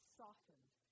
softened